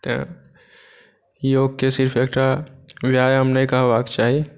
तेँ योगके सिर्फ एकटा व्यायाम नहि कहबाके चाही